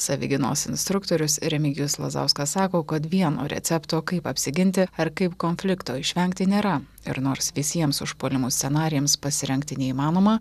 savigynos instruktorius remigijus lazauskas sako kad vieno recepto kaip apsiginti ar kaip konflikto išvengti nėra ir nors visiems užpuolimo scenarijams pasirengti neįmanoma